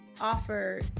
offer